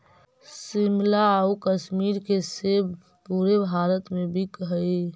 शिमला आउ कश्मीर के सेब पूरे भारत में बिकऽ हइ